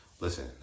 Listen